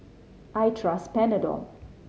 I trust Panadol